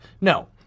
No